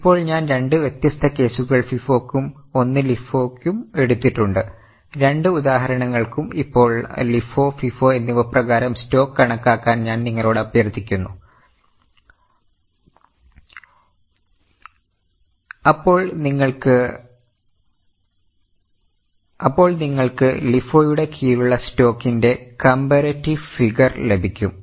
ഇപ്പോൾ ഞാൻ രണ്ട് വ്യത്യസ്ത കേസുകൾ FIFO യ്ക്കും ഒന്ന് LIFO യ്ക്കും എടുത്തിട്ടുണ്ട് രണ്ട് ഉദാഹരണങ്ങൾക്കും ഇപ്പോൾ LIFO FIFO എന്നിവ പ്രകാരം സ്റ്റോക്ക് കണക്കാക്കാൻ ഞാൻ നിങ്ങളോട് അഭ്യർത്ഥിക്കുന്നു അപ്പോൾ നിങ്ങൾക്ക് LIFO യുടെ കീഴിലുള്ള സ്റ്റോക്കിന്റെ കമ്പറേറ്റിവ് ഫിഗർ ലഭിക്കും